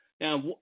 Now